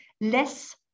less